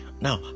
Now